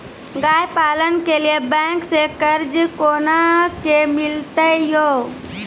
गाय पालन के लिए बैंक से कर्ज कोना के मिलते यो?